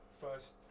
first